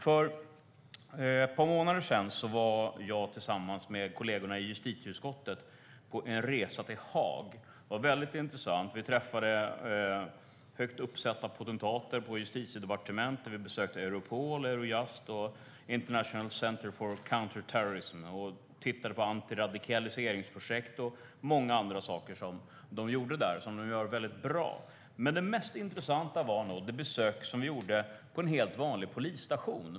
För ett par månader sedan var jag tillsammans med kollegorna i justitieutskottet på en resa till Haag. Det var väldigt intressant. Vi träffade högt uppsatta potentater på Justitiedepartementet. Vi besökte Europol, Eurojust och International Centre for Counter-terrorism och tittade på antiradikaliseringsprojekt och många andra saker som de gjorde där och gör väldigt bra. Det mest intressanta var nog det besök vi gjorde på en helt vanlig polisstation.